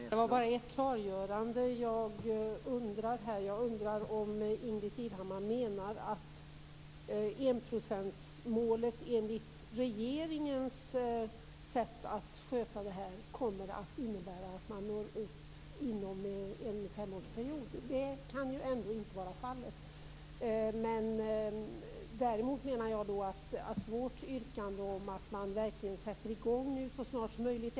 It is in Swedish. Herr talman! Bara ett klargörande. Jag undrar om Ingbritt Irhammar menar att enprocentsmålet enligt regeringens sätt att sköta det här kommer att innebära att man når upp inom en femårsperiod. Det kan ju ändå inte vara fallet. Vi menar i vårt yrkande att man verkligen skall sätta i gång så snart som möjligt.